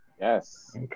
Yes